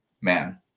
man